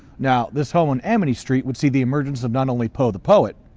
now this home on amity street would see the emergence of not only poe the poet,